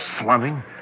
Slumming